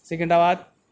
Secunderabad